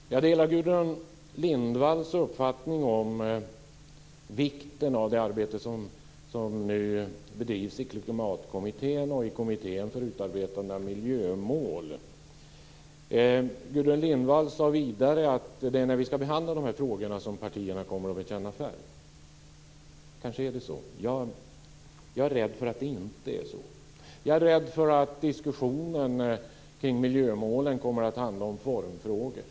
Fru talman! Jag delar Gudrun Lindvalls uppfattning om vikten av det arbete som nu bedrivs i Klimatkommittén och i kommittén för utarbetande av miljömål. Gudrun Lindvall sade att det är när vi ska behandla de här frågorna som partierna kommer att bekänna färg. Kanske är det så, men jag är rädd för att det inte är så. Jag är rädd för att diskussionen kring miljömålen kommer att handla om formfrågor.